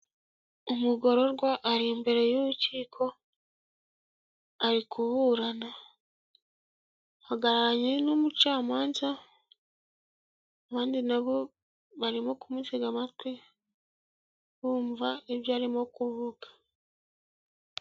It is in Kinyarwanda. Umugororwa ari imbere y'urukiko ari kuburana ahagararanye n'umucamanza abandi nabo barimo kumutega amatwi bumva ibyo arimo kuvuga.